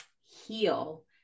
heal